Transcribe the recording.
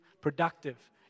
productive